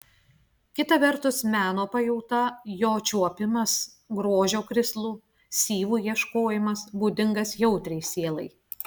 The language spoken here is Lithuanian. kita vertus meno pajauta jo čiuopimas grožio krislų syvų ieškojimas būdingas jautriai sielai